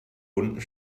bunten